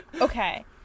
okay